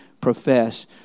profess